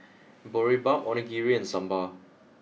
Boribap Onigiri and Sambar